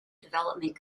development